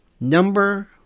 Number